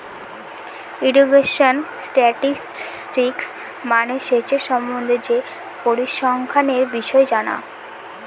irrigation statistics মানে সেচের সম্বন্ধে যে পরিসংখ্যানের বিষয় জানা